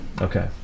okay